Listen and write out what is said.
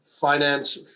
finance